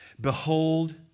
Behold